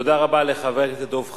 תודה רבה לחבר הכנסת דב חנין.